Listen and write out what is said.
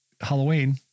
Halloween